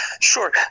Sure